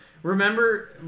Remember